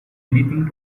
anything